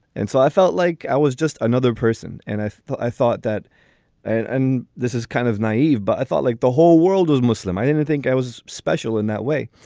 and so i felt like i was just another person. and i thought i thought that and this is kind of naive, but i thought like the whole world is muslim. i didn't think i was special in that way.